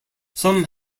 some